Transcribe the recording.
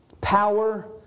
power